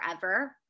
forever